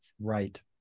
Right